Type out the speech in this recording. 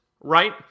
right